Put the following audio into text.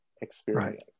experience